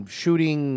shooting